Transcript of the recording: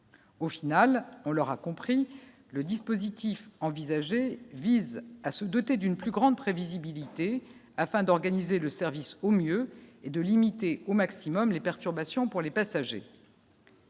au final, on l'aura compris, le dispositif envisagé vise à se doter d'une plus grande prévisibilité afin d'organiser le service au mieux et de limiter au maximum les perturbations pour les passagers.